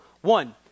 One